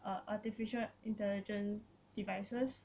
eh artificial intelligent devices